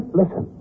listen